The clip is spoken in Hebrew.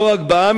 לא רק בעם,